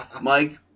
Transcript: Mike